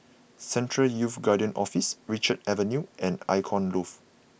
Central Youth Guidance Office Richards Avenue and Icon Loft